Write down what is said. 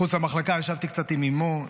מחוץ למחלקה ישבתי קצת עם אימו,